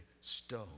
stone